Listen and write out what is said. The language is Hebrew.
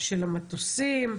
של המטוסים,